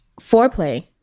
foreplay